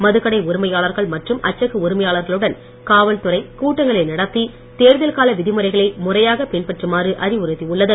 மதுக் கடை உரிமையாளர்கள் மற்றும் அச்சக உரிமையாளர்களுடன் காவல் துறை கூட்டங்களை நடத்தி தேர்தல் கால விதிமுறைகளை முறையாக பின்பற்றுமாறு அறிவுறுத்தியுள்ளது